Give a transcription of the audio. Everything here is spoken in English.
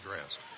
dressed